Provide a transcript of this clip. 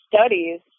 studies